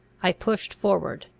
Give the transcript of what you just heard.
i pushed forward,